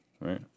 right